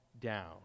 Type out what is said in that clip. down